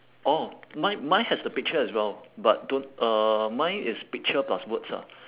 orh mine mine has the picture as well but don't uh mine is picture plus words ah